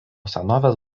senovės